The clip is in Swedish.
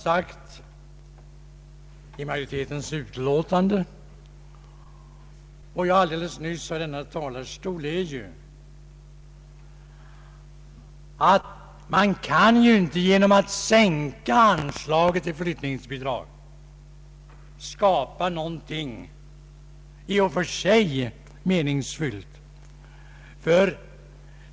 Vad utskottsmajoriteten anfört och vad jag själv nyss sagt från denna talarstol är att man genom att sänka anslaget till flyttningsbidrag inte åstadkommer något i och för sig meningsfullt.